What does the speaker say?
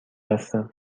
هستم